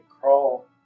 crawl